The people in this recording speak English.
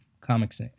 comics